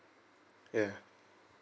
ya